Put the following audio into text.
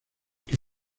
que